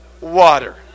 water